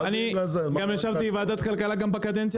אני גם ישבתי בוועדת כלכלה גם בקדנציה